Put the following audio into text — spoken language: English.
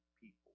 people